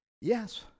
Yes